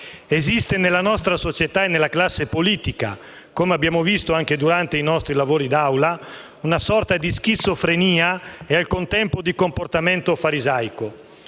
Esiste nella nostra società e nella classe politica, come abbiamo visto anche durante i nostri lavori d'Aula, una sorta di schizofrenia e al contempo di comportamento farisaico.